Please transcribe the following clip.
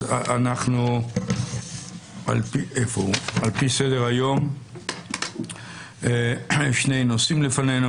על פי סדר-היום שני נושאים לפנינו.